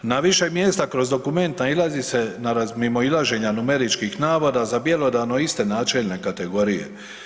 Na više mjesta kroz dokument nailazi se na mimoilaženja numeričkih navoda za bjelodano iste načelne kategorije.